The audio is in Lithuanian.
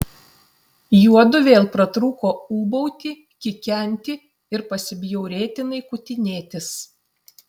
juodu vėl pratrūko ūbauti kikenti ir pasibjaurėtinai kutinėtis